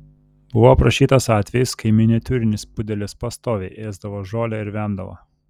buvo aprašytas atvejis kai miniatiūrinis pudelis pastoviai ėsdavo žolę ir vemdavo